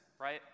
right